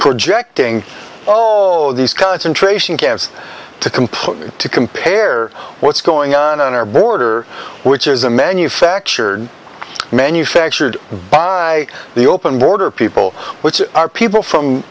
projecting all these cuts in tracing camps to completely to compare what's going on on our border which is a manufactured manufactured by the open border people which are people from